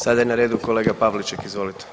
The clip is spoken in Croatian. Sada je na redu kolega Pavliček, izvolite.